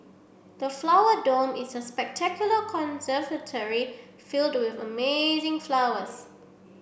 the Flower Dome is a spectacular conservatory filled with amazing flowers